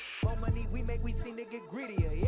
mo money we make we seem to get greedier, yea!